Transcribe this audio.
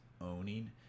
owning